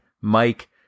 Mike